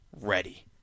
ready